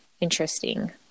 interesting